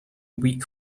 weak